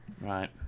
Right